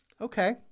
Okay